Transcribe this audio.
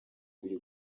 biri